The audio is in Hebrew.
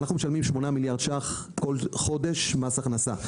אנחנו משלמים שמונה מיליארד ₪ כל חודש מס הכנסה,